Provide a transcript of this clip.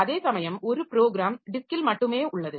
அதேசமயம் ஒரு ப்ரோக்ராம் டிஸ்க்கில் மட்டுமே உள்ளது